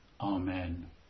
Amen